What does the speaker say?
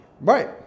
right